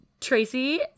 Tracy